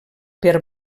per